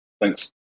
Thanks